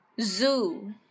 Zoo